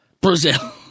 Brazil